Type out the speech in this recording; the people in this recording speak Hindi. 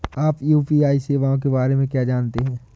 आप यू.पी.आई सेवाओं के बारे में क्या जानते हैं?